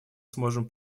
сможем